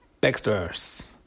Baxter's